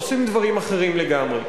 עושים דברים אחרים לגמרי.